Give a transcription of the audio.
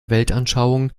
weltanschauung